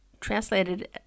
translated